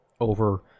over